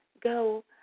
go